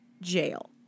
jail